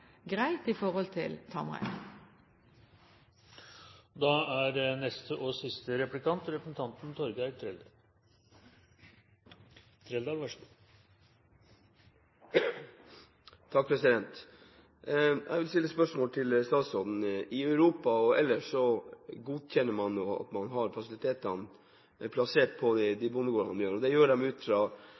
greit, når det gjelder tamrein. Jeg vil stille spørsmål til statsråden. I Europa og ellers godkjenner man at man har fasilitetene plassert på de bondegårdene det gjelder. Det gjør de ut fra